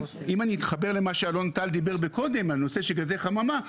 אם אני יתחבר למה שאלון טל דיבר מקודם על נושא של גזי חממה,